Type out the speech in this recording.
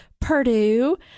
purdue